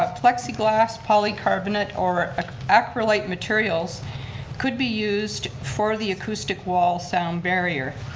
ah plexiglass, polycarbonate, or acrolite materials could be used for the acoustic wall sound barrier.